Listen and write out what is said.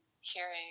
hearing